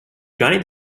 johnny